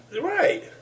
Right